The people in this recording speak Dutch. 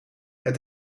het